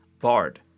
BARD